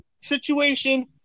situation